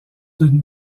d’une